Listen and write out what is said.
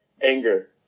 anger